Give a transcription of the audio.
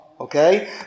okay